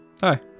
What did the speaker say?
Hi